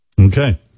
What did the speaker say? Okay